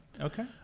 Okay